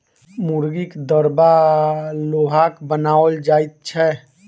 मुर्गीक दरबा लोहाक बनाओल जाइत छै